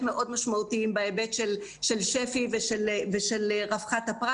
משמעותיים בהיבט של שפ"י ורווחת הפרט